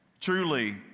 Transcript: Truly